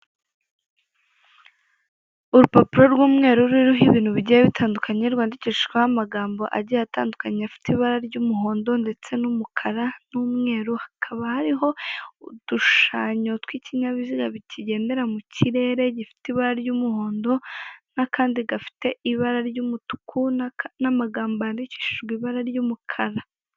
Urupapuro rw'umweru ririho ibintu bigiye bitandukanye rwandikishijweho amagambo agiye atandukanye, afite ibara ry'umuhondo ndetse n'umukara n'umweru, hakaba hariho udushushanyo tw'ikinyabiziga bitagendera mu kirere gifite ibara ry'umuhondo n'akandi gafite ibara ry'umutuku n'amagambo yandikishijwe ibara ry'umukara.